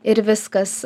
ir viskas